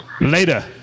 Later